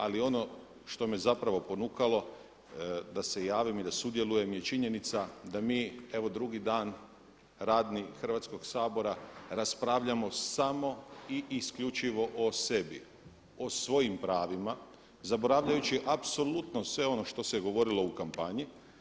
Ali ono što me zapravo ponukalo da se javim i da sudjelujem je činjenica da mi evo drugi dan radni Hrvatskog sabora raspravljamo samo i isključivo o sebi, o svojim pravima, zaboravljajući apsolutno sve ono što se govorilo u kampanji.